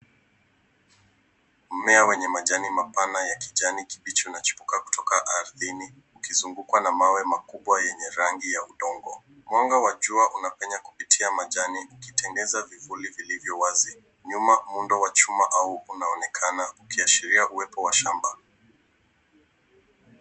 Mmea wenye majani mapana ya kijani kibichi unachipuka kutoka ardhini ukizungukwa na mawe makubwa yenye rangi ya udongo. Mwanga wa jua unapenya kupitia majani ukitengeneza vivuli vilivyo wazi. Nyuma muundo wa chuma unaonekana ukiashiria uwepo wa shamba.